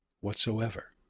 whatsoever